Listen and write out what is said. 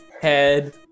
Head